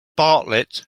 bartlett